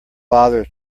bother